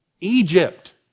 Egypt